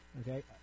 Okay